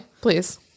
please